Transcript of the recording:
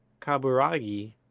Kaburagi